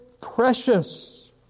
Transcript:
precious